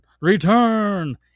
Return